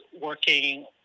working